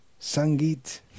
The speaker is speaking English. Sangeet